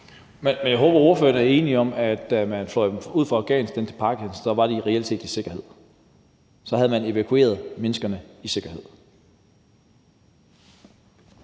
Men jeg håber, at ordføreren er enig i, at da man fløj dem ud fra Afghanistan og til Pakistan, var de reelt set i sikkerhed – at så havde man evakueret menneskerne i sikkerhed.